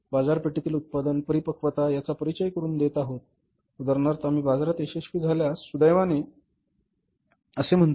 बाजारपेठेतील उत्पादन परिपक्वता यांचा परिचय करून देत आहोत उदाहरणार्थ आम्ही बाजारात यशस्वी झाल्यास सुदैवाने असे म्हणतो